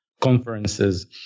Conferences